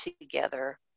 together